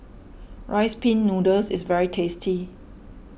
Rice Pin Noodles is very tasty